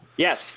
Yes